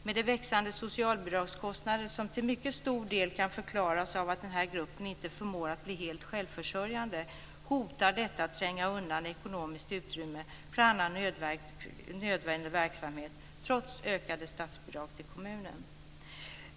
Med de växande socialbidragskostnader som till mycket stor del kan förklaras av att den här gruppen inte förmår att bli helt självförsörjande hotar detta att tränga undan ekonomiskt utrymme för annan nödvändig verksamhet, trots ökade statsbidrag till kommunen.